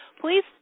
Please